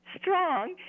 strong